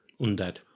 Undead